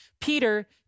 Peter